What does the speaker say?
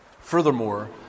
Furthermore